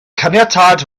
caniatâd